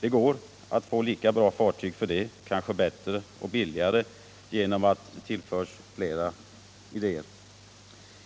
Det går att få lika bra fartyg på det sättet, ja, kanske bättre och billigare därför att det presenteras flera idéer.